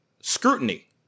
Scrutiny